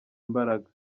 imbaraga